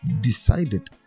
decided